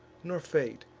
nor fate,